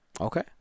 Okay